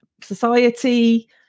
society